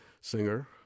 singer